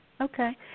okay